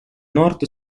nord